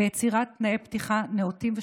ביצירת תנאי פתיחה נאותים ושוויוניים.